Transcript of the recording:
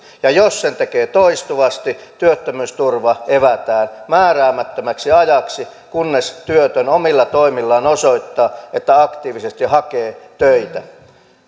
jos sen tekee toistuvasti työttömyysturva evätään määräämättömäksi ajaksi kunnes työtön omilla toimillaan osoittaa että aktiivisesti hakee töitä